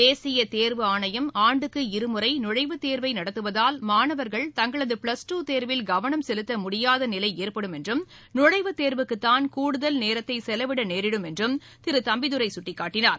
தேசியதேர்வு ஆணையம் ஆண்டுக்கு இருமுறைநுழைவுத் தேர்வைநடத்துவதால் மாணவா்கள் தங்களதப்ளஸ் டூ தேர்வில் கவனம் செலுத்தமுடியாதநிலைஏற்படும் என்றும் நுழைவுத் தேர்வுக்குத்தான் கூடுதல் நேரத்தைசெலவிடநேரிடும் என்றும் திருதம்பிதுரைசுட்டிக்காட்டினார்